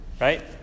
right